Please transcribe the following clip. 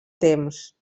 temps